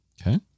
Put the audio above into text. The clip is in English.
Okay